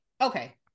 okay